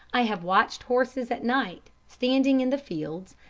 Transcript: i have watched horses at night, standing in the fields,